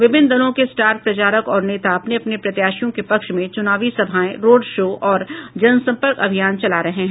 विभिन्न दलों के स्टार प्रचारक और नेता अपने अपने प्रत्याशियों के पक्ष में चुनावी सभाएं रोड शो और जनसंपर्क अभियान चला रहे हैं